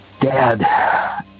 dad